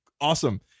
awesome